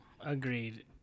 Agreed